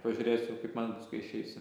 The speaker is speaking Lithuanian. pažiūrėsiu kaip man bus kai išeisiu